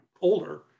older